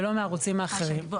ולא מהערוצים האחרים.